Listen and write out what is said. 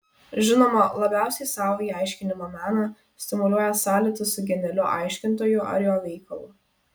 žinoma labiausiai savąjį aiškinimo meną stimuliuoja sąlytis su genialiu aiškintoju ar jo veikalu